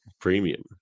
premium